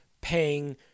paying